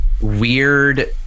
weird